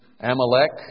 Amalek